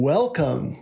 Welcome